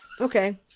Okay